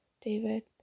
David